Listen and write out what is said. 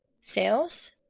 sales